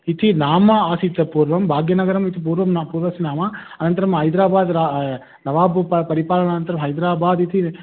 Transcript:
इति नाम आसीत् पूर्वं भाग्यनगरम् इति पूर्वं ना पूर्वस्य नाम अनन्तरं हैदराबादः रा नवाब् परिपालनानन्तरं हैदराबादः इति